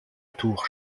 tour